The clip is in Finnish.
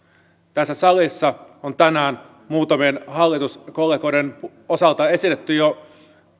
tässä salissa on tänään muutamien hallituskollegoiden osalta esitetty jo